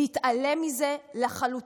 להתעלם מזה לחלוטין.